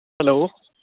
hello